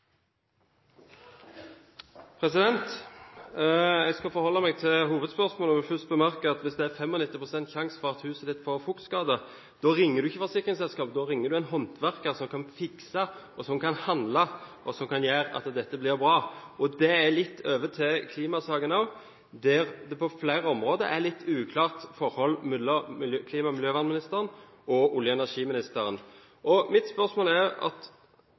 Jeg skal forholde meg til hovedspørsmålet, men vil først bemerke at hvis det er 95 pst. sjanse for at huset ditt får fuktskader, da ringer du ikke til forsikringsselskapet, men til en håndverker som kan fikse, og som kan handle, og som kan gjøre at dette blir bra! Det kan også overføres litt til klimasaken, der det på flere områder er et litt uklart forhold mellom klima- og miljøministeren og olje- og energiministeren.